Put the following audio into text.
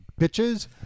bitches